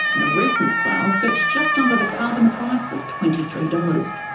and a recent sale fetched just under the carbon price of twenty three dollars.